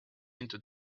into